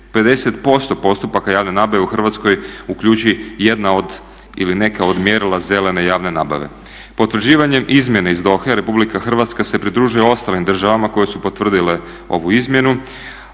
50% postupaka javne nabave u Hrvatskoj uključi jedna od ili neka od mjerila zelene javne nabave. Potvrđivanjem izmjene ih Dohe, Republika Hrvatska se pridružila ostalim državama koje su potvrdile ovu izmjenu